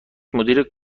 مدیر